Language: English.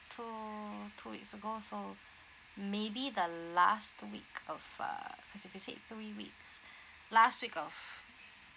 two two weeks ago so maybe the last week of uh cause if you said three weeks last week of